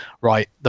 right